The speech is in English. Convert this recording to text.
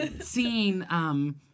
seeing